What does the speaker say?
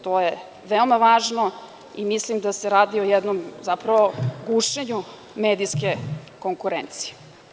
To je veoma važno i mislim da se radi o jednom gušenju medijske konkurencije.